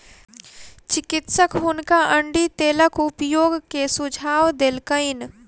चिकित्सक हुनका अण्डी तेलक उपयोग के सुझाव देलकैन